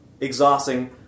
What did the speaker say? exhausting